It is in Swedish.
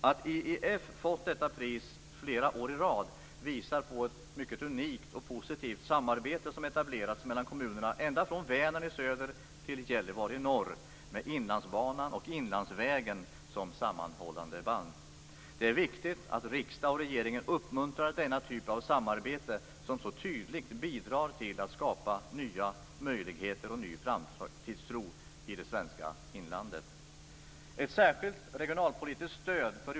Att IEF fått detta pris flera år i rad visar på ett mycket unikt och positivt samarbete som etablerats mellan kommunerna ända från Vänern i söder till Gällivare i norr med Inlandsbanan och Inlandsvägen som sammanhållande band. Det är viktigt att riksdag och regering uppmuntrar denna typ av samarbete som så tydligt bidrar till att skapa nya möjligheter och ny framtidstro i det svenska inlandet.